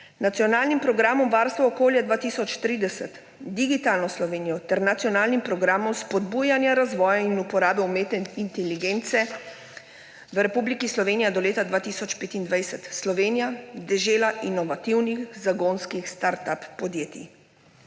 Nacionalnim programom varstva okolja 2030, Digitalno Slovenijo ter Nacionalnim programom spodbujanja razvoja in uporabe umetne inteligence v Republiki Slovenijo do leta 2025, načrtom Slovenija – dežela inovativnih zagonskih, startup podjetij.